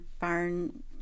barn –